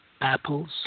apples